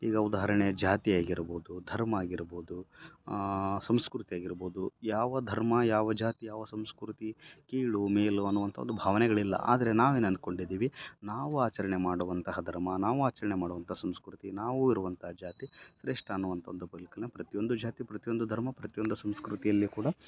ಈಗ ಉದಾಹರಣೆ ಜಾತಿ ಆಗಿರ್ಬೋದು ಧರ್ಮ ಆಗಿರ್ಬೋದು ಸಂಸ್ಕೃತಿ ಆಗಿರ್ಬೋದು ಯಾವ ಧರ್ಮ ಯಾವ ಜಾತಿ ಯಾವ ಸಂಸ್ಕೃತಿ ಕೀಳು ಮೇಲು ಅನ್ನುವಂಥ ಒಂದು ಭಾವನೆಗಳಿಲ್ಲ ಆದರೆ ನಾವೇನು ಅನ್ಕೊಂಡಿದ್ದೀವಿ ನಾವು ಆಚರಣೆ ಮಾಡುವಂತಹ ಧರ್ಮ ನಾವು ಆಚರಣೆ ಮಾಡುವಂಥ ಸಂಸ್ಕೃತಿ ನಾವು ಇರುವಂಥ ಜಾತಿ ಶ್ರೇಷ್ಠ ಅನ್ನುವಂಥ ಒಂದು ಬದುಕನ್ನು ಪ್ರತಿಯೊಂದು ಜಾತಿ ಪ್ರತಿಯೊಂದು ಧರ್ಮ ಪ್ರತಿಯೊಂದು ಸಂಸ್ಕೃತಿಯಲ್ಲಿ ಕೂಡ